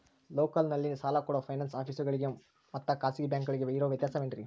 ಲೋಕಲ್ನಲ್ಲಿ ಸಾಲ ಕೊಡೋ ಫೈನಾನ್ಸ್ ಆಫೇಸುಗಳಿಗೆ ಮತ್ತಾ ಖಾಸಗಿ ಬ್ಯಾಂಕುಗಳಿಗೆ ಇರೋ ವ್ಯತ್ಯಾಸವೇನ್ರಿ?